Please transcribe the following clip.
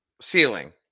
ceiling